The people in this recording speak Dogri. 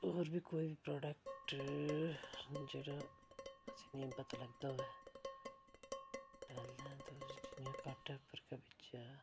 होर बी कोई बी प्रोडैक्ट जेह्ड़ा असें नेईं पता लगदा होऐ पैह्लें ते जियां घाटे पर गै बेचेआ